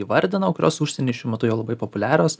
įvardinau kurios užsieny šiuo metu jau labai populiarios